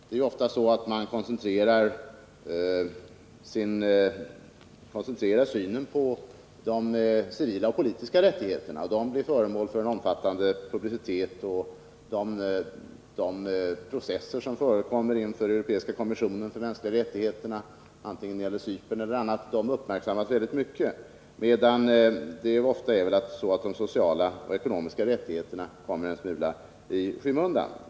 Det är ofta så att man koncentrerar uppmärksamheten på de civila och politiska rättigheterna. De blir föremål för en omfattande publicitet, och de processer som förekommer inför Europeiska kommissionen för de mänskliga rättigheterna, vare sig det gäller Cypern eller något annat land, har uppmärksammats väldigt mycket, medan det ofta är så att de sociala och ekonomiska rättigheterna kommer en smula i skymundan.